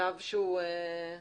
שגיא עזאני.